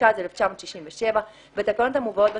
התשכ"ז 1967, בתקנות המובאות בתוספת,